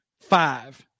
Five